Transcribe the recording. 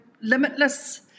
limitless